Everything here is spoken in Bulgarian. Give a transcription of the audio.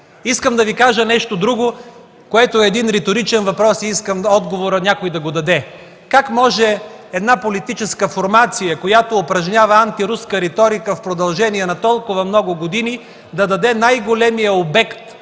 Искам да Ви кажа нещо друго, което е риторичен въпрос и искам някой да даде отговора. Как може една политическа формация, която упражнява антируска риторика в продължение на толкова много години, да даде най-големия обект